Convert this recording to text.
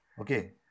Okay